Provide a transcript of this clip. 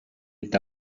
est